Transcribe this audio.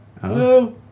Hello